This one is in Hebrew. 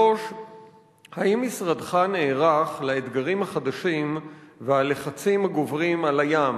3. האם משרדך נערך לאתגרים החדשים והלחצים הגוברים על הים?